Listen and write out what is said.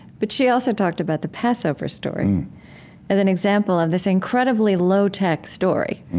but she also talked about the passover story as an example of this incredibly low-tech story,